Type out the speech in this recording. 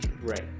Right